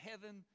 heaven